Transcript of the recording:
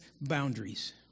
boundaries